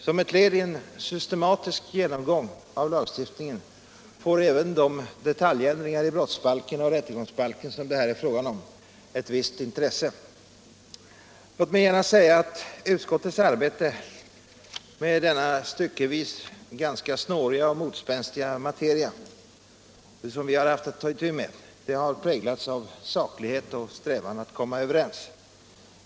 Som ett led i en systematisk genomgång av lagstiftningen får även de detaljändringar i brottsbalken och rättegångsbalken som det här är fråga om ett visst intresse. 53 Beivrande av mindre lagöverträdelser Låt mig genast säga att utskottets arbete med den styckevis ganska snåriga och motspänstiga materia som vi haft att ta itu med har präglats av saklighet och strävan att komma överens.